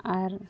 ᱟᱨ